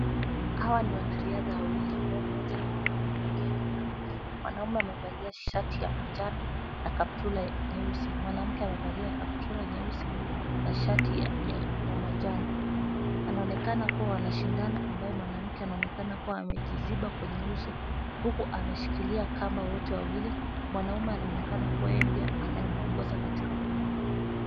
Hawa ni wana riadha wawili ambao mmoja ni mwanamume mwingine ni mwanamke. Mwanamume amevalia shati ya manjano na kaptula nyeusi. Mwanamke amevalia kaptura nyeusi na shati ya manjano. Anaonekana kuwa wanashindana ambaye mwanamke anaonekana kuwa amejiziba kwenye uso huku ameshikilia kamba wote wawili. Mwanamume anaonekana kuwa yeye ndiye anaye mwongoza katika mwendo.